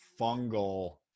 fungal